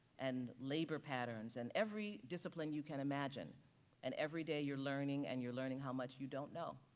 and labor patterns and every discipline you can imagine and every day you're learning and you're learning how much you don't know.